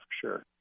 sure